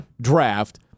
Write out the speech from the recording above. draft